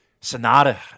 Sonata